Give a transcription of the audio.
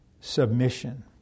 submission